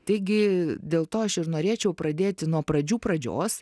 taigi dėl to aš ir norėčiau pradėti nuo pradžių pradžios